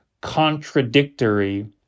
contradictory